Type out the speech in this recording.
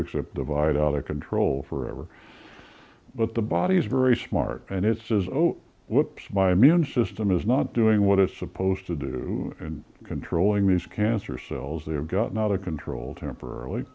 except divide out of control forever but the body is very smart and it says oh what's my immune system is not doing what it's supposed to do and controlling these cancer cells they have gotten out of control temporarily